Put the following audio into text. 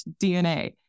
DNA